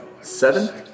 Seven